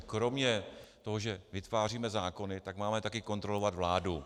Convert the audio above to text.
Kromě toho, že vytváříme zákony, tak máme taky kontrolovat vládu.